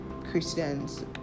Christians